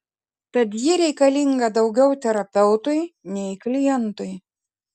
tad ji reikalinga daugiau terapeutui nei klientui